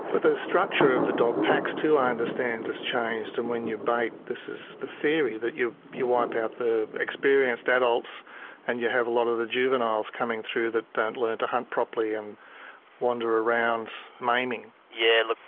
but the structure of the dog packs too i understand has changed, and when you bait, this is the theory, that you you wipe out the experienced adults and you have a lot of the juveniles coming through that don't learn to hunt properly and wander around maiming. yeah, look,